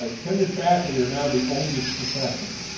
ah tenured faculty are now the oldest profession.